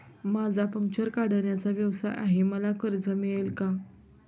माझा पंक्चर काढण्याचा व्यवसाय आहे मला कर्ज मिळेल का?